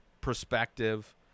perspective